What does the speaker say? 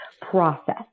process